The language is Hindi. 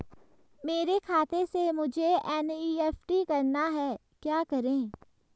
मेरे खाते से मुझे एन.ई.एफ.टी करना है क्या करें?